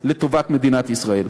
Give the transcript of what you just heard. לטובת מדינת ישראל.